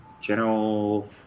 General